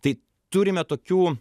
tai turime tokių